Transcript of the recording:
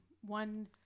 One-